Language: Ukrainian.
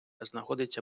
знаходиться